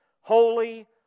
holy